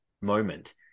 moment